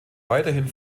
weiterhin